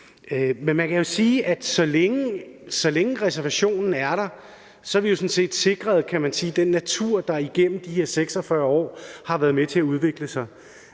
at så længe reservationen er der, har vi jo sådan set sikret den natur, der igennem de her 46 år har været med til at udvikle sig,